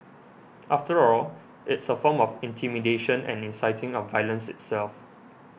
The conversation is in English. after all it's a form of intimidation and inciting of violence itself